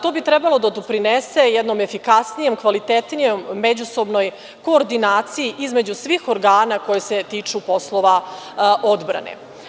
To bi trebalo da doprinese jednoj efikasnijoj, kvalitetnijoj međusobnoj koordinaciji između svih organa koji se tiču poslova odbrane.